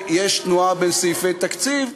בתוך זה יש תנועה בין סעיפי תקציב,